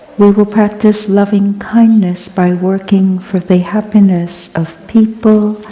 will will practice loving kindness by working for the happiness of people,